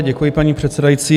Děkuji, paní předsedající.